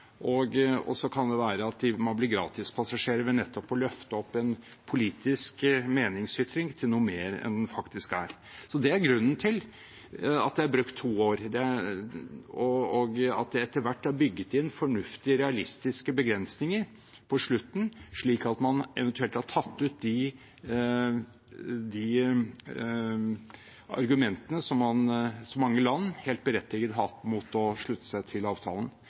presist, og så kan det være at man blir gratispassasjerer ved nettopp å løfte opp en politisk meningsytring til noe mer enn den faktisk er. Det er grunnen til at det er brukt to år, og at det etter hvert er bygget inn fornuftige, realistiske begrensninger på slutten, slik at man eventuelt har tatt ut de argumentene som mange land helt berettiget har hatt mot å slutte seg til avtalen.